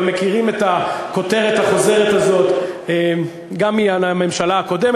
אבל מכירים את הכותרת החוזרת הזאת גם מהממשלה הקודמת.